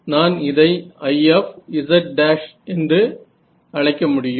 நான் இதை Iz′ என்று அழைக்க முடியும்